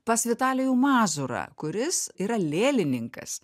pas vitalijų mazurą kuris yra lėlininkas